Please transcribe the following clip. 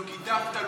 לא גידפת,